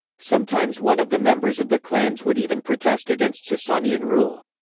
sometimes one of the members of the clans would even protest against sasanian rule.